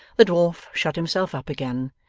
the dwarf shut himself up again,